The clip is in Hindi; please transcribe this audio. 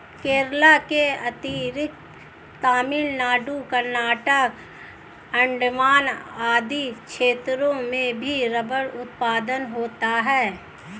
केरल के अतिरिक्त तमिलनाडु, कर्नाटक, अण्डमान आदि क्षेत्रों में भी रबर उत्पादन होता है